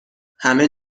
همه